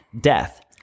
death